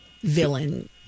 villain